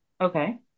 Okay